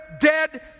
dead